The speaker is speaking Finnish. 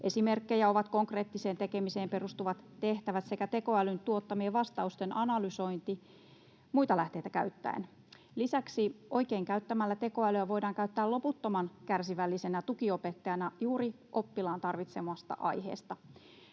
Esimerkkejä ovat konkreettiseen tekemiseen perustuvat tehtävät sekä tekoälyn tuottamien vastausten analysointi muita lähteitä käyttäen. Lisäksi oikein käyttämällä tekoälyä voidaan käyttää loputtoman kärsivällisenä tukiopettajana juuri oppilaan tarvitsemasta aiheesta.